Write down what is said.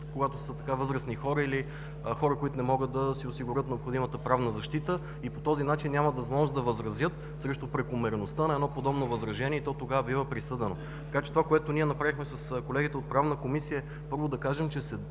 когато са възрастни хора или хора, които не могат да си осигурят необходимата правна защита и по този начин нямат възможност да възразят срещу прекомерността на едно подобно възражение и то тогава бива присъдено. Така че това, което ние направихме с колегите от Правна комисия – първо, да кажем, че